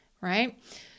right